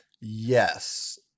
yes